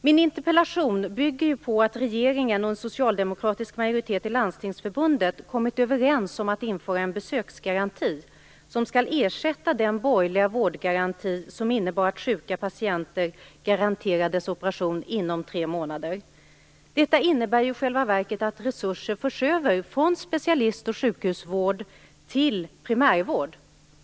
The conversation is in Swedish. Min interpellation bygger på att regeringen och en socialdemokratisk majoritet i Landstingsförbundet kommit överens om att införa en besöksgaranti, som skall ersätta den borgerliga vårdgaranti som innebar att sjuka patienter garanterades operation inom tre månader. Detta innebär i själva verket att resurser förs över från specialist och sjukhusvård till primärvård.